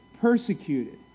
persecuted